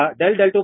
50 సరేనా